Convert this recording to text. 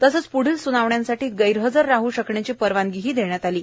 तसंच प्ढील स्नावण्यांसाठी गैरहजर राह शकण्याची परवानगी देण्यात आली आहे